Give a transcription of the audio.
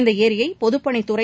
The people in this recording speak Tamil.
இந்த ஏரியை பொதுப்பணித்துறை